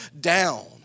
down